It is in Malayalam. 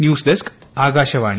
ന്യൂസ്ഡസ്ക് ആകാശവാണി